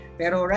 pero